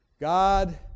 God